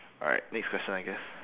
alright next question I guess